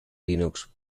linux